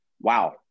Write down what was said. wow